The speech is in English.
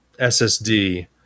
SSD